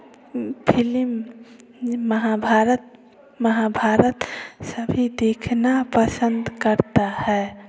film Mahabharat Mahabharat सभी देखना पसंद करते हैं